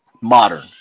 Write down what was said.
modern